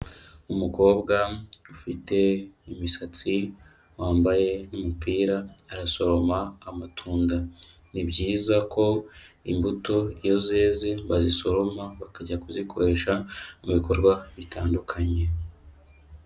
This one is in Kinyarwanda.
Umukobwa ufite imisatsi wambaye umupira arasoroma amatunda, ni byiza ko imbuto iyo zeze bazisoroma bakajya kuzikoresha mu bikorwa bitandukanye.